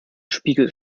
spiegel